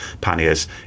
panniers